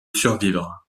survivre